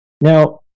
now